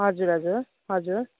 हजुर हजुर हजुर